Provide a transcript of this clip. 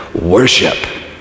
worship